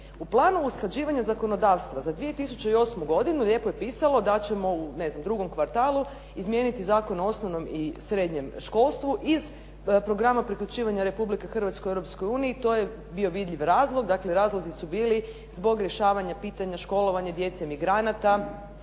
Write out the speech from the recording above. u planu usklađivanja zakonodavstva za 2008. godinu lijepo je pisalo da ćemo, ne znam, u drugom kvartalu izmijeniti Zakon o osnovnom i srednjem školstvu iz programa priključivanja Republike Hrvatske Europskoj uniji, to je bio vidljiv razlog, dakle razlozi su bili zbog rješavanja pitanja školovanja djece migranata